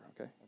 okay